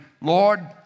Lord